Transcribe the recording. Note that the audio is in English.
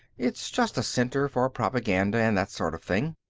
it's just a center for propaganda and that sort of thing.